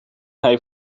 hij